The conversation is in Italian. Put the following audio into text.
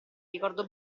ricordo